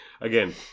Again